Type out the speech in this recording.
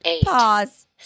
pause